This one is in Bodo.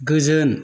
गोजोन